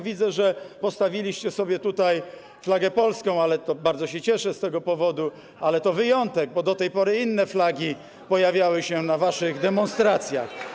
Widzę, że ostatnio postawiliście sobie tutaj flagę polską, bardzo się cieszę z tego powodu, ale to wyjątek, bo do tej pory inne flagi pojawiały się na waszych demonstracjach.